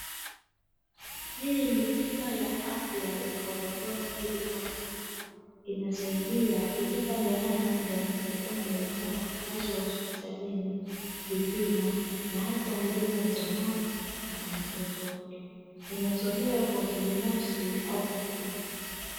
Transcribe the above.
Hii ni bima ya afya ya COVERBORA MEDICAL COVER . Inasaidia kulipa gharama ya matibabu kama kulazwa, hospitalini, vipimo na hata huduma za mama na mtoto wake. Inatolewa kwa kibinafsi au kikundi.